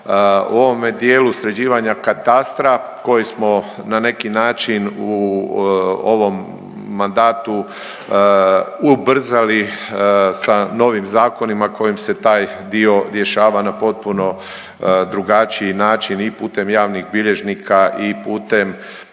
U ovome dijelu sređivanja Katastra koji smo na neki način u ovom mandatu ubrzali sa novim zakonima kojim se taj dio rješava na potpuno drugačiji način i putem javnih bilježnika i putem